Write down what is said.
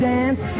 Dance